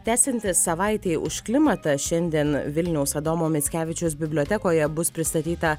tęsiantis savaitei už klimatą šiandien vilniaus adomo mickevičiaus bibliotekoje bus pristatyta